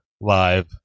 Live